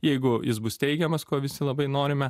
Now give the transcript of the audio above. jeigu jis bus teigiamas ko visi labai norime